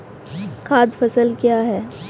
खाद्य फसल क्या है?